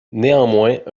néanmoins